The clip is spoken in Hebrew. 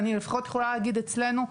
אני לפחות יכולה להגיד אצלנו,